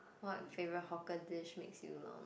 what favorite hawker dish makes you lao nua